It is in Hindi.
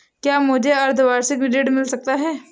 क्या मुझे अर्धवार्षिक ऋण मिल सकता है?